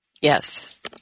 Yes